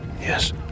Yes